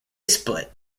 split